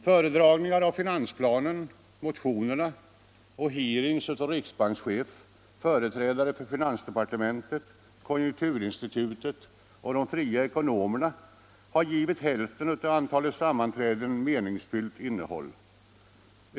Föredragningar av finansplanen, motionerna samt hearings av riksbankschefen, företrädare för finansdepartementét, konjunkturinstitutet och de fria ekonomerna har givit hälften av antalet sammanträden meningsfyllt innehåll.